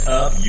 up